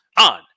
on